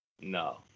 No